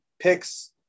picks